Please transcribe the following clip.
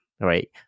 right